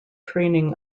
training